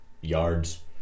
yards